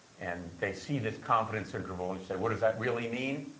and they see this confidence interval and say, what does that really mean?